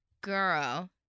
Girl